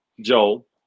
Joel